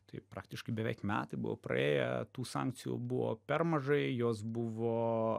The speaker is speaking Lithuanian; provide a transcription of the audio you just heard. tai praktiškai beveik metai buvo praėję tų sankcijų buvo per mažai jos buvo